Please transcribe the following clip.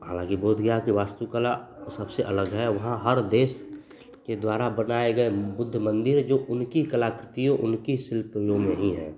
हालाँकि बोधगया की वास्तु कला वह सबसे अलग है वहाँ हर देश के द्वारा बनाए गए बुद्ध मन्दिर है जो उनकी कलाकृतियाँ उनके शिल्प में नहीं है